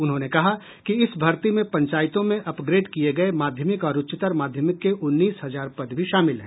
उन्होंने कहा कि इस भर्ती में पंचायतों में अपग्रेड किये गये माध्यमिक और उच्चतर माध्यमिक के उन्नीस हजार पद भी शामिल हैं